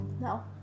No